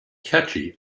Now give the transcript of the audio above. catchy